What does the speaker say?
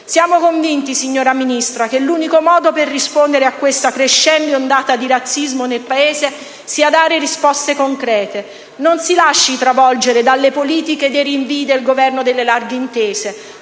Siamo convinti, signora Ministra, che l'unico modo per rispondere a questa crescente ondata di razzismo nel Paese sia dare risposte concrete. Non si lasci travolgere dalle politiche dei rinvii del Governo delle larghe intese;